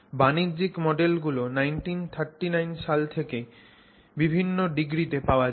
বাণিজ্যিক মডেল গুলো 1939 সাল থেকে বিভিন্ন ডিগ্রীতে পাওয়া যায়